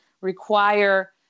require